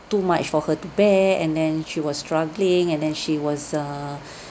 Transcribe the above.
too much for her to bear and then she was struggling and then she was err